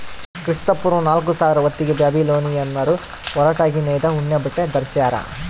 ಕ್ರಿಸ್ತಪೂರ್ವ ನಾಲ್ಕುಸಾವಿರ ಹೊತ್ತಿಗೆ ಬ್ಯಾಬಿಲೋನಿಯನ್ನರು ಹೊರಟಾಗಿ ನೇಯ್ದ ಉಣ್ಣೆಬಟ್ಟೆ ಧರಿಸ್ಯಾರ